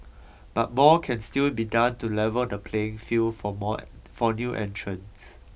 but more can still be done to level the playing field for more for new entrants